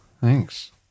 Thanks